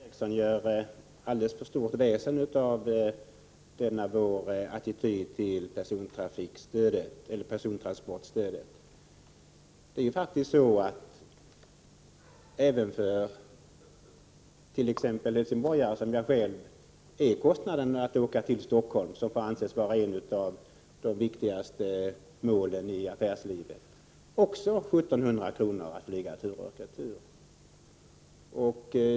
Herr talman! Jag tycker att Per-Ola Eriksson gör alldeles för stort väsen av denna vår attityd till persontransportstödet. Även för t.ex. en helsingborgare som jag själv är kostnaden för en flygresa tur och retur Stockholm, som får anses vara ett av de viktigaste målen i affärslivet, 1 700 kr.